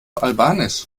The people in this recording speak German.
albanisch